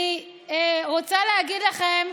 אני רוצה להגיד לכם,